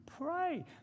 pray